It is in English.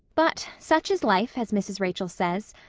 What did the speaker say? but such is life as mrs. rachel says.